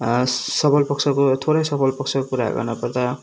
सबल पक्षको थोरै सबल पक्षको कुरा गर्नु पर्दा